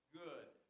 good